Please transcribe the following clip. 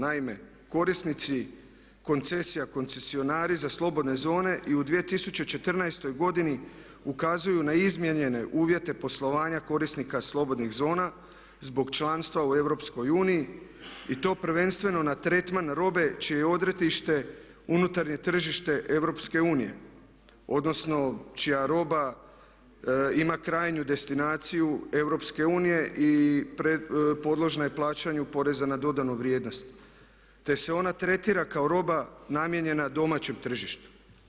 Naime, korisnici koncesija, koncesionari za slobodne zone i u 2014. godini ukazuju na izmijenjene uvjete poslovanja korisnika slobodnih zona zbog članstva u EU i to prvenstveno na tretman robe čije je odredište unutarnje tržište EU, odnosno čija roba ima krajnju destinaciju EU i podložna je plaćanju poreza na dodanu vrijednost, te se ona tretira kao roba namijenjena domaćem tržištu.